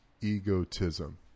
egotism